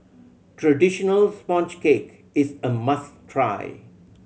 traditional sponge cake is a must try